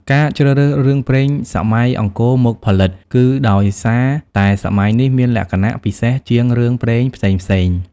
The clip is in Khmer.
ការជ្រើសរើសរឿងព្រេងសម័យអង្គរមកផលិត គឺដោយសារតែសម័យនេះមានលក្ខណៈពិសេសជាងរឿងព្រេងផ្សេងៗ។